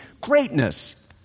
greatness